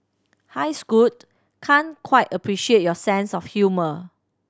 hi Scoot can't quite appreciate your sense of humour